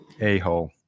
a-hole